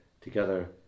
together